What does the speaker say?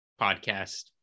podcast